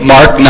Mark